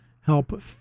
help